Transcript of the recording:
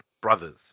brothers